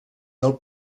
del